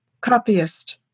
copyist